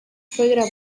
fue